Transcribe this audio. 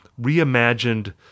reimagined